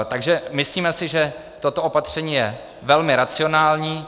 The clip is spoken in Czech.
Takže si myslíme, že toto opatření je velmi racionální.